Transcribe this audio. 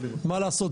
מה לעשות,